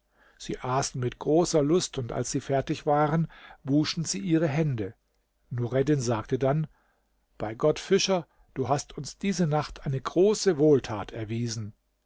sie aßen mit großer lust und als sie fertig waren wuschen sie ihre hände nureddin sagte dann bei gott fischer du hast uns diese nacht eine große wohltat erwiesen